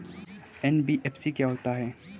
NBFC क्या होता है?